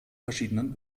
verschiedenen